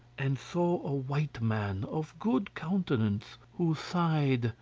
and saw a white man, of good countenance, who sighed,